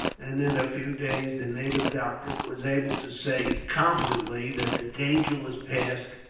and in a few days the native doctor was able to say, confidently, that the danger was passed,